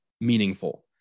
meaningful